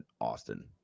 Austin